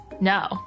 no